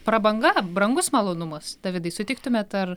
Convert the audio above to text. prabanga brangus malonumas davidai sutiktumėt ar